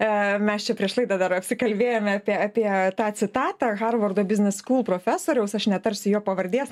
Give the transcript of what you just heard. a mes čia prieš laidą dar apsikalbėjome apie apie tą citatą harvardo business school profesoriaus aš netarsiu jo pavardės